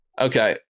Okay